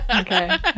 Okay